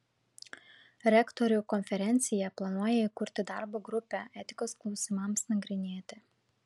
rektorių konferencija planuoja įkurti darbo grupę etikos klausimams nagrinėti